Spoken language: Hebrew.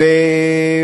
לגמרי.